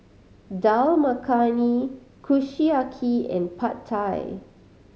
Dal Makhani Kushiyaki and Pad Thai